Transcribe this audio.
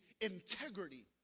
integrity